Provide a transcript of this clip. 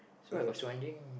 so I was wondering